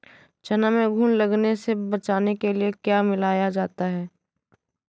चना में घुन लगने से बचाने के लिए क्या मिलाया जाता है?